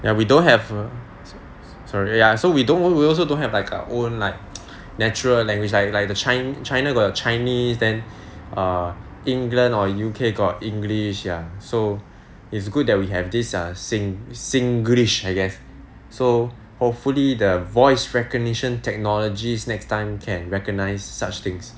ya we don't have a sorry ya so we don't we also don't have like our own like natural language I like the chi~ china got the chinese then err england or U_K got english ya so it's good that we have this err sing~ singlish I guess so hopefully the voice recognition technologies next time can recognise such things